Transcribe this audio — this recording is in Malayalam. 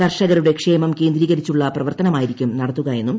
കർഷകരുടെ ക്ഷേമം കേന്ദ്രീകരിച്ചുള്ള പ്രവർത്തനമായിരിക്കും നടത്തുകയെന്നും